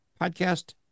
podcast